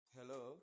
Hello